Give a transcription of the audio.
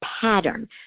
pattern